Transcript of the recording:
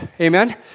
amen